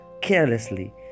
carelessly